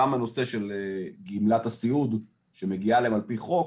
גם בנושא של גמלת הסיעוד שמגיעה להם על פי חוק,